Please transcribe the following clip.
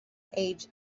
age